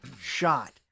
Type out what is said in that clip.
shot